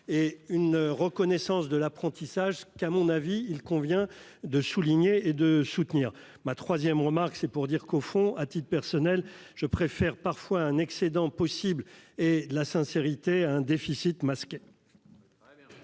et une reconnaissance de l'apprentissage qu'à mon avis, il convient de souligner et de soutenir ma troisième remarque, c'est pour dire qu'au fond, à titre personnel, je préfère parfois un excédent possible et la sincérité à un déficit masqué.